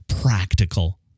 practical